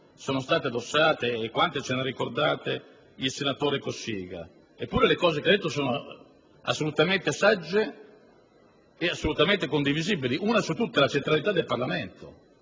sono state addossate e quante ce ne ha ricordate il senatore Cossiga! Eppure le cose che ha detto sono assolutamente sagge e condivisibili: una su tutte, la centralità del Parlamento,